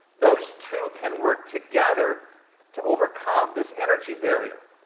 those two can work together to overcome this energy barrier,